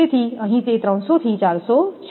તેથી અહીં તે 300 થી 400 છે